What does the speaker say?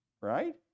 right